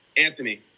Anthony